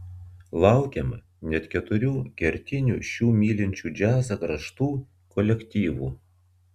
laukiama net keturių kertinių šių mylinčių džiazą kraštų kolektyvų